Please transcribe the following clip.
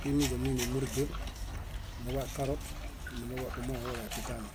timinze muine múriga: muḃai karot niepitani.